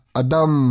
adam